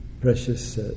precious